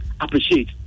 appreciate